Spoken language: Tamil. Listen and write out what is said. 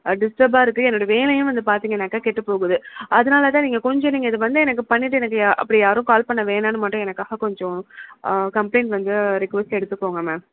ஆ டிஸ்டர்ப்பாக இருக்குது என்னோடய வேலையும் வந்து பார்த்திங்கன்னாக்க கெட்டு போகுது அதனால தான் நீங்கள் கொஞ்சம் நீங்கள் இதை வந்து எனக்கு பண்ணிவிட்டு எனக்கு அ அப்படி யாரும் கால் பண்ண வேணாம்னு மட்டும் எனக்காக கொஞ்சம் கம்ப்ளைன் வந்து ரெக்வஸ்ட் எடுத்துக்கோங்க மேம்